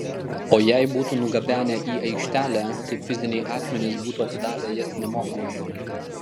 o jei būtų nugabenę į aikštelę kaip fiziniai asmenys būtų atidavę jas nemokamai